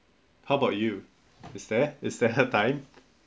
how about you is there is there a time